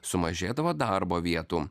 sumažėdavo darbo vietų